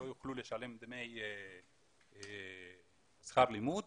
הם לא יוכלו לשלם דמי שכר לימוד,